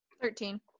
thirteen